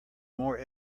more